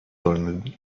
turned